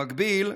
במקביל,